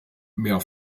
mehr